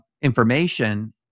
information